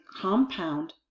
compound